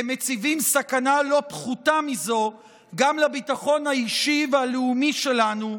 הם מציבים סכנה לא פחותה מזו גם לביטחון האישי והלאומי שלנו,